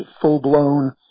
full-blown